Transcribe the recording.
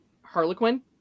Harlequin